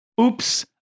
Oops